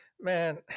man